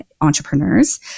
entrepreneurs